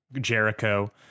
Jericho